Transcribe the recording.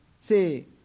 Say